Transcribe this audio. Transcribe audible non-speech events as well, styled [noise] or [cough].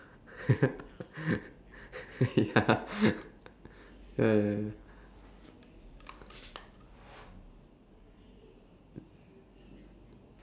[laughs] ya ya ya ya